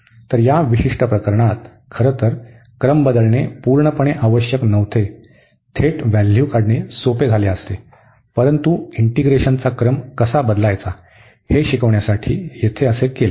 तर या विशिष्ट प्रकरणात खरं तर क्रम बदलणे पूर्णपणे आवश्यक नव्हते थेट व्हॅल्यू काढणे सोपे झाले असते परंतु इंटीग्रेशनचा क्रम कसा बदलायचा हे शिकण्यासाठी येथे असे केले